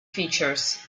features